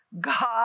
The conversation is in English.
God